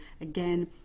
again